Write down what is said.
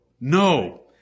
No